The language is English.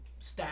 stats